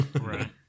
Right